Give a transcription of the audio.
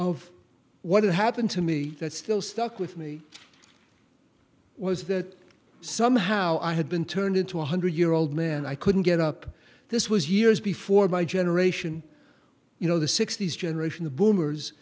of what happened to me that still stuck with me was that somehow i had been turned into a hundred year old man i couldn't get up this was years before my generation you know the sixty's generation the boomers